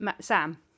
Sam